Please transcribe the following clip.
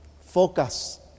focus